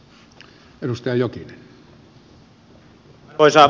arvoisa herra puhemies